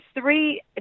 three